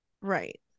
right